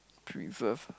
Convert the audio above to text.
preserve